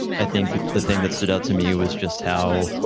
i think the thing that stood out to me was just how,